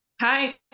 Hi